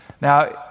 Now